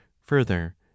Further